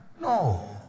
No